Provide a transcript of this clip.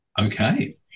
Okay